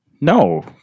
No